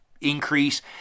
increase